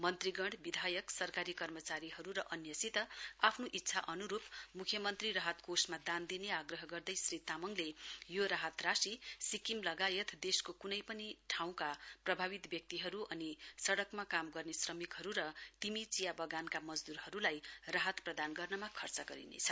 मन्त्रीगण विधायक सरकारी कर्मचारीहरु र अन्यसित आफ्नो इच्छा अनुरुप मुख्यमन्त्री राहत कोषमा दान दिने आग्रह गर्दै श्री तामङले यो राहत राशि सिक्किम लगायत देशको कुनै पनि ठाउँका प्रभावित व्यक्तिहरु अनि सड़कमा काम गर्ने श्रमिकहरु र तिमि चिया वगनमा मजदूरहरुलाई राहत प्रदान गर्नमा खर्च गरिनेछ